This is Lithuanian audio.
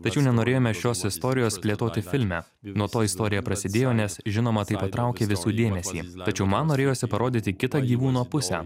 tačiau nenorėjome šios istorijos plėtoti filme nuo to istorija prasidėjo nes žinoma tai patraukė visų dėmesį tačiau man norėjosi parodyti kitą gyvūno pusę